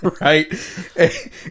right